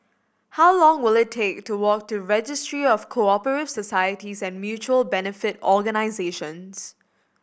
how long will it take to walk to Registry of Co Operative Societies and Mutual Benefit Organisations